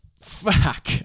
fuck